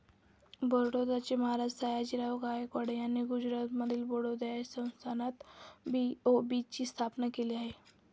बडोद्याचे महाराज सयाजीराव गायकवाड यांनी गुजरातमधील बडोदा या संस्थानात बी.ओ.बी ची स्थापना केली